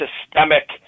systemic